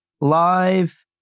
live